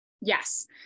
Yes